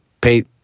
pay